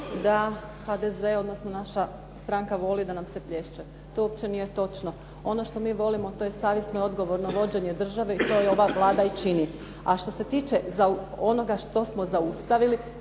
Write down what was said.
da HDZ, odnosno naša stranka voli da nam se plješće. To uopće nije točno. Ono što mi volimo, to je savjesno i odgovorno vođenje države i to ova Vlada i čini. A što se tiče onoga što smo zaustavili,